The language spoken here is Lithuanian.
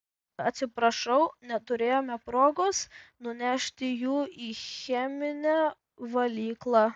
atsiprašau neturėjome progos nunešti jų į cheminę valyklą